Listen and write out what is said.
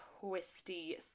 twisty